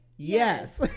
Yes